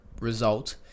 result